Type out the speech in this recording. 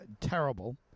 terrible